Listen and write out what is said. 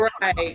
Right